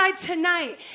tonight